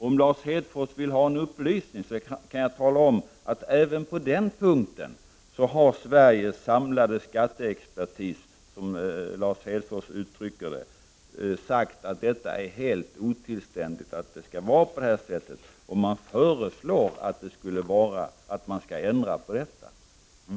Om Lars Hedfors vill ha en upplysning, så kan jag tala om att även på den punkten har Sveriges samlade skatteexpertis, som Lars Hedfors uttrycker det, sagt att det är helt otillständigt att det skall vara på det här sättet, och man föreslår att vi skall ändra på det.